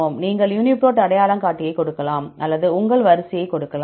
ஒன்று நீங்கள் யூனிபிரோட் அடையாளங்காட்டியைக் கொடுக்கலாம் அல்லது உங்கள் வரிசையை கொடுக்கலாம்